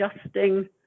adjusting